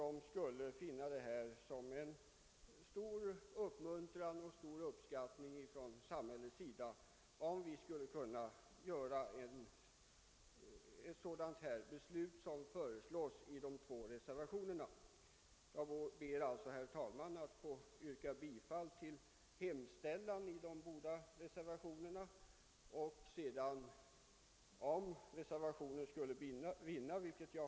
De skulle ta det som en uppmuntran och som ett tecken på uppskattning från samhällets sida om riksdagen fattade ett sådant beslut som föreslås i de två reservationerna. Herr talman! Jag ber att få yrka bifall till reservationerna 1 och 2 när det gäller utskottets hemställan.